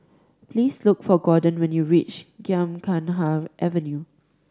please look for Gordon when you reach Gymkhana Avenue